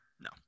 no